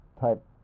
type